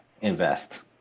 Invest